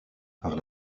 par